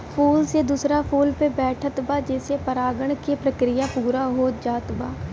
फूल से दूसरा फूल पे बैठत बा जेसे परागण के प्रक्रिया पूरा हो जात बा